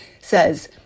says